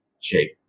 shape